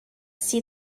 see